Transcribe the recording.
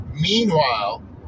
meanwhile